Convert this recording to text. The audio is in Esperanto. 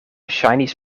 ŝajnis